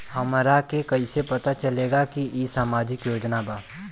हमरा के कइसे पता चलेगा की इ सामाजिक योजना बा?